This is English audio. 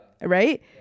right